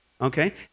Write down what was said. okay